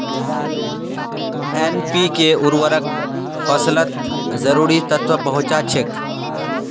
NPK उर्वरक फसलत जरूरी तत्व पहुंचा छेक